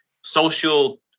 social